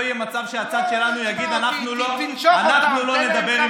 לא יהיה מצב שהצד שלנו יגיד: אנחנו לא נדבר,